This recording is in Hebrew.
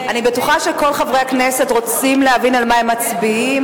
אני בטוחה שכל חברי הכנסת רוצים להבין על מה הם מצביעים,